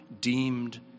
deemed